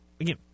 again